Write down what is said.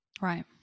Right